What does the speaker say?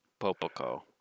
Popoco